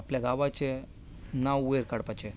आपल्या गांवांचें नांव वयर काडपाचें